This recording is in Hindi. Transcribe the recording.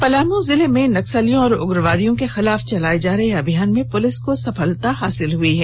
पलामू जिले में नक्सलियों और उग्रवादियों के खिलाफ चलाए जा रहे अभियान में पुलिस को सफलता मिली है